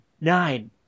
nine